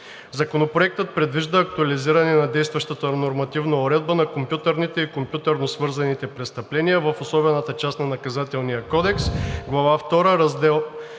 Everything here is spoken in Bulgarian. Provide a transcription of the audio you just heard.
Законопроектът предвижда актуализиране на действащата нормативна уредба на компютърните и компютърно свързаните престъпления в Особената част на Наказателния кодекс – Глава втора, Раздел